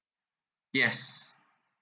yes